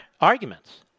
arguments